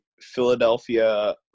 Philadelphia